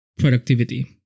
productivity